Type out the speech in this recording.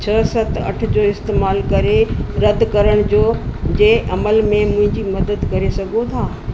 छह सत अठ जो इस्तेमालु करे रदि करण जो जे अमल में मुंहिंजी मदद करे सघो था